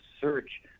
search